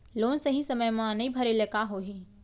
Loan सही समय मा नई भरे ले का होही?